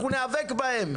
אנחנו נאבק בהם,